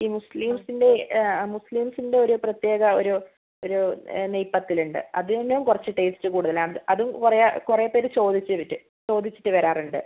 ഈ മുസ്ലീംസിൻ്റെ ആ മുസലീംസിൻ്റെയൊരു പ്രത്യേക ഒരു ഒരു നെയ് പത്തലുണ്ട് അതിന്നും കുറച്ച് ടേസ്റ്റ് കൂടുതലാണ് അത് പറയുക കുറേ പേർ ചോദിച്ച് വിട്ട് ചോദിച്ചിട്ട് വരാറുണ്ട്